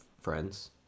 friends